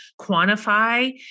quantify